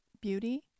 Beauty